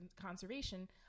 conservation